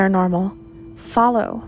Follow